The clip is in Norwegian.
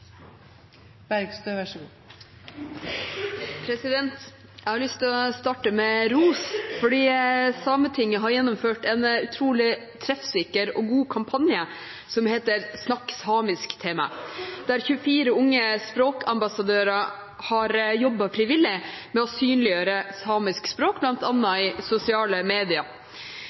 Jeg har lyst til å starte med ros fordi Sametinget har gjennomført en utrolig treffsikker og god kampanje som heter «Snakk samisk te mæ», der 24 unge språkambassadører har jobbet frivillig med å synliggjøre samisk språk,